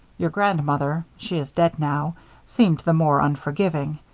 your grandmother she is dead now seemed the more unforgiving.